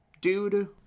dude